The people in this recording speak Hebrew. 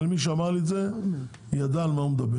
אבל מי שאמר לי את זה ידע על מה הוא מדבר.